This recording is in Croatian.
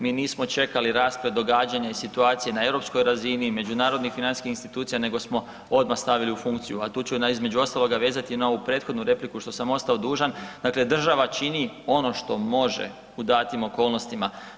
Mi nismo čekali rasplet događanja i situaciji na europskoj razini, međunarodnih financijskih institucija nego smo odmah stavili u funkciju a tu ću između ostaloga vezati na ovu prethodnu repliku što sam ostao dužan, dakle država čini ono što može u datim okolnostima.